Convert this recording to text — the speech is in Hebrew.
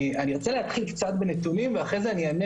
אני ארצה להתחיל קצת בנתונים ואחרי זה אני